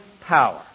power